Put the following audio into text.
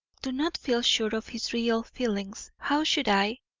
do not feel sure of his real feelings, how should i,